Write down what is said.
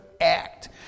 act